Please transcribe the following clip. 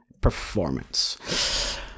performance